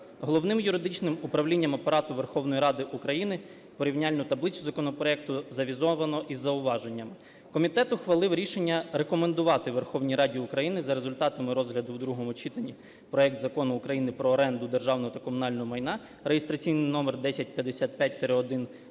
Головним юридичним управлінням Апарату Верховної Ради України порівняльну таблицю законопроекту завізовано із зауваженнями. Комітет ухвалив рішення рекомендувати Верховній Раді України за результатами розгляду в другому читанні проект Закону України про оренду державного та комунального майна (реєстраційний номер 1055-1)